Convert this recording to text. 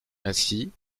ainsi